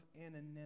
anonymity